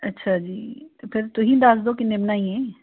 ਅੱਛਾ ਜੀ ਅਤੇ ਫਿਰ ਤੁਸੀਂ ਦੱਸ ਦਿਓ ਕਿੰਨੇ ਬਣਾਈਏ